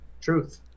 Truth